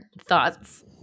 thoughts